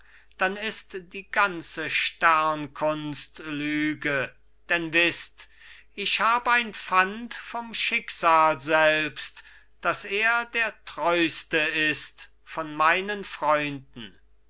dann ist die ganze sternkunst lüge denn wißt ich hab ein pfand vom schicksal selbst daß er der treuste ist von meinen freunden